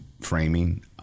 framing